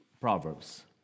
Proverbs